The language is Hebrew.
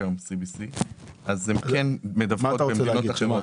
היום CBC אז הן כן מדווחות למדינות אחרות.